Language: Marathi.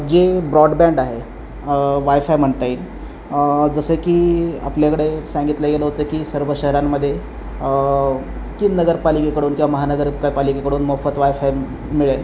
जे ब्रॉडबँड आहे वायफाय म्हणता येईल जसं की आपल्याकडे सांगितलं गेलं होतं की सर्व शहरांमध्ये की नगरपालिकेकडून किंवा महानगर काय पालिकेकडून मोफत वायफाय मिळेल